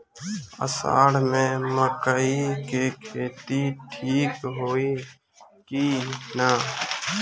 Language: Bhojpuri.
अषाढ़ मे मकई के खेती ठीक होई कि ना?